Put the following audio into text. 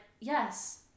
yes